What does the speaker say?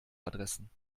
adressen